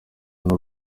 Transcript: n’u